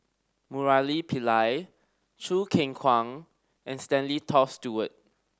Murali Pillai Choo Keng Kwang and Stanley Toft Stewart